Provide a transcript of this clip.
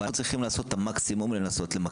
אבל אנחנו צריכים לעשות את המקסימום למקסם